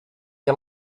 you